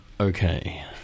Okay